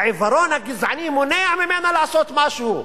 העיוורון הגזעני מונע ממנה לעשות משהו.